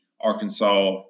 Arkansas